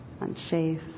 unsafe